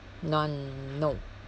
none no